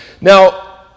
Now